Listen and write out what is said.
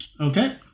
Okay